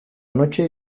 noche